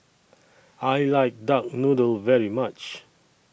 I like Duck Noodle very much